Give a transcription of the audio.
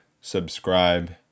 subscribe